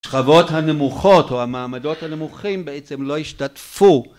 שכבות הנמוכות או המעמדות הנמוכים בעצם לא השתתפו